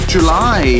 July